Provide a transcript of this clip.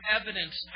evidence